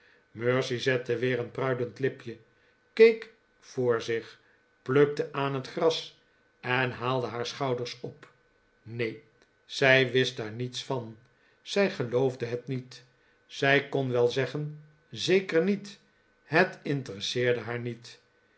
mercy zette weer een pruilend lipje keek voor zich plukte aan het gras r en haalde haar schouders op neen zij wist daar niets van zij geloofde het niet zij kon wel zeggen zeker niet het interesseerde haar niet